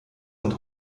sind